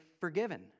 forgiven